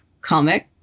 comic